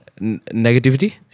Negativity